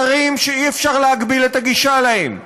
אתרים שאי-אפשר להגביל את הגישה אליהם,